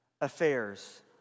affairs